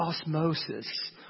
osmosis